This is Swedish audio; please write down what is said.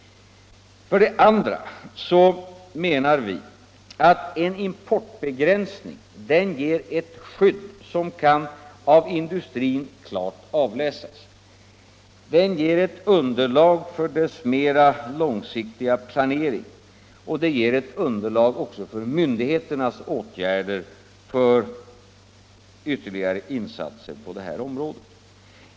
För det andra: Vi menar att en importbegränsning ger et skydd som kan av industrin klart avläsas. Den ger ett underlag för den mera långsiktiga planeringen och den ger också ett underlag för myndigheternas åtgärder för ytterligare insatser på det här området.